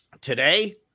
Today